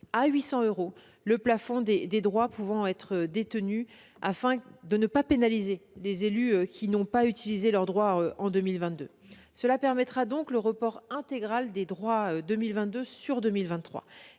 à 800 euros le plafond des droits pouvant être détenus afin de ne pas pénaliser les élus qui n'ont pas utilisé leurs droits en 2022. Cela permettra donc le report intégral des droits de 2022 sur 2023.